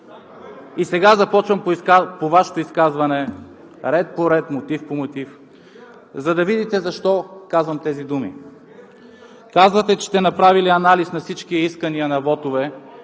Сега започвам по Вашето изказване – ред по ред, мотив по мотив, за да видите защо казвам тези думи. Казвате, че сте направили анализ на всички искания на вотове